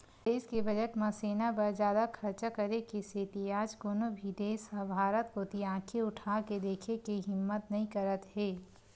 देस के बजट म सेना बर जादा खरचा करे के सेती आज कोनो भी देस ह भारत कोती आंखी उठाके देखे के हिम्मत नइ करत हे